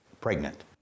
pregnant